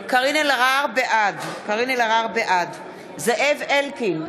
אלהרר, בעד זאב אלקין,